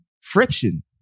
friction